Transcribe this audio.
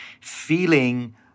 feeling